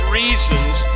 reasons